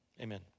amen